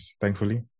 thankfully